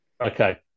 Okay